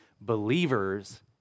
believers